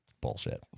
Bullshit